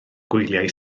gwyliau